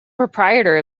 proprietor